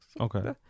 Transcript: okay